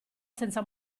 senza